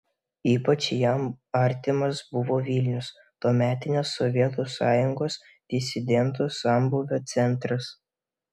ypač jam artimas buvo vilnius tuometinės sovietų sąjungos disidentų sambūvio centras